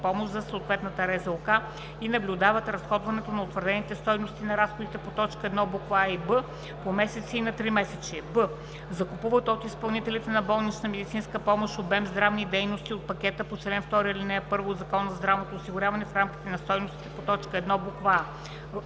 за съответната РЗОК и наблюдават разходването на утвърдените стойности на разходите по т. 1, букви „а“ и „б“ по месеци и на тримесечие; б) закупуват от изпълнителите на болнична медицинска помощ обем здравни дейности от пакета по чл. 2, ал. 1 от Закона за здравното осигуряване в рамките на стойностите по т. 1, буква